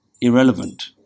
irrelevant